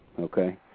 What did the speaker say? okay